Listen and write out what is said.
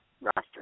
roster